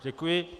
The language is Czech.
Děkuji.